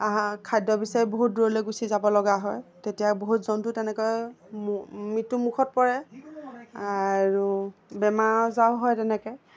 খাদ্য বিচাৰি বহুত দূৰলে গুচি যাব লগা হয় তেতিয়া বহুত জন্তু তেনেকৈ মৃত্যু মুখত পৰে আৰু বেমাৰ আজাৰো হয় তেনেকৈ